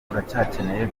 uracyakeneye